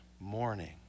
morning